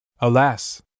Alas